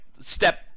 step